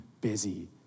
busy